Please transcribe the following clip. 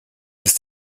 ist